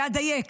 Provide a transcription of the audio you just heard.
ואדייק,